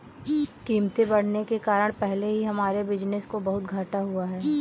कीमतें बढ़ने के कारण पहले ही हमारे बिज़नेस को बहुत घाटा हुआ है